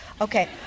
Okay